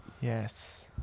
Yes